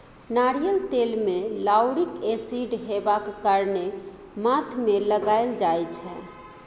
नारियल तेल मे लाउरिक एसिड हेबाक कारणेँ माथ मे लगाएल जाइ छै